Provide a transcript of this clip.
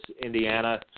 Indiana